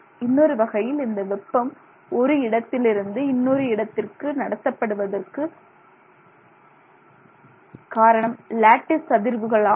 இன்னொரு வகையில் இந்த வெப்பம் ஒரு இடத்திலிருந்து இன்னொரு இடத்திற்கு நடத்தப்படுவதற்கு கடத்தப்படுவதற்கு காரணம் லேட்டிஸ் அதிர்வுகள் ஆகும்